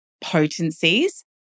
potencies